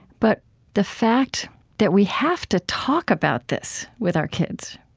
but the fact that we have to talk about this with our kids,